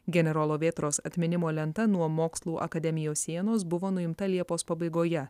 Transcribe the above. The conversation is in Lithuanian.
generolo vėtros atminimo lenta nuo mokslų akademijos sienos buvo nuimta liepos pabaigoje